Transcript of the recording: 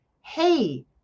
hey